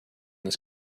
this